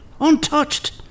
Untouched